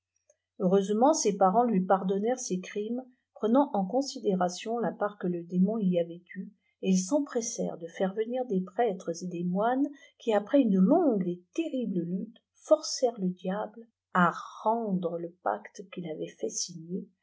ent sea parents lui paclonnèrent ss crimes prenant en cotisidérattoft la part iue le démon y avait eua oi i s enfùressôrent de faire venir des prélres et des moines quif djrès une feongiie et terrible lutle forcèrent le diable à ibadie u pacte qu'ils avait ftiit signer